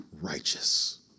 righteous